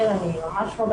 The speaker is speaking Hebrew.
זה מחדל שחייב